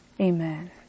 amen